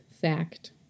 fact